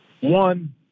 One